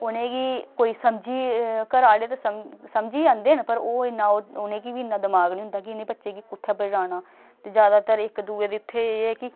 उ'नेंगी कोई समझी घर आह्ले ते समझी जंदे न पर ओह् इन्ना उ'नेंगी बी इन्ना दमाग निं होंदा कि इ'नें बच्चे गी कु'त्थै पजाना ते जादातर इक दूए दे इत्थै एह् ऐ कि